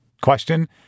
Question